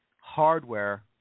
hardware